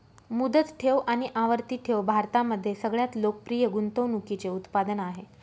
मुदत ठेव आणि आवर्ती ठेव भारतामध्ये सगळ्यात लोकप्रिय गुंतवणूकीचे उत्पादन आहे